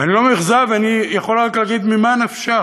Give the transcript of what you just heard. ואני לא רק מאוכזב, אני יכול להגיד: ממה נפשך?